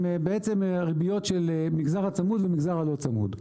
בעצם ריביות של מגזר הצמוד ומגזר הלא צמוד.